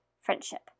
friendship